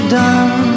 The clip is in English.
done